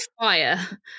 fire